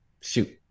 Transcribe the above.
shoot